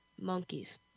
monkeys